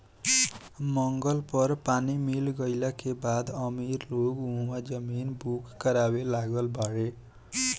मंगल पर पानी मिल गईला के बाद अमीर लोग उहा जमीन बुक करावे लागल बाड़े